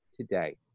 today